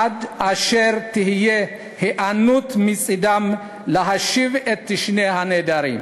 עד אשר תהיה היענות מצדם להשיב את שני הנעדרים.